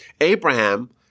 Abraham